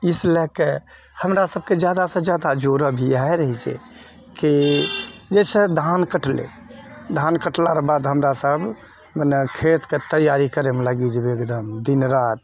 इसलएके हमरा सबके ज्यादासँ ज्यादा जोर अभी इएह रहै छै कि जइसे धान कटलै धान कटलारऽ बाद हमरासब मने खेतके तैआरी करैमे लागि जेबै एकदम दिनरात